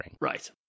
Right